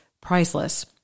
priceless